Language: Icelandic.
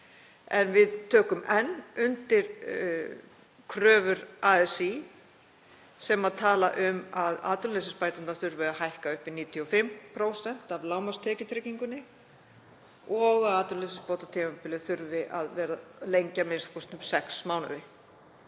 En við tökum enn undir kröfur ASÍ sem talar um að atvinnuleysisbæturnar þurfi að hækka upp í 95% af lágmarkstekjutryggingunni og að atvinnuleysisbótatímabilið þurfi að lengja a.m.k. um sex mánuði.